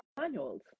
manuals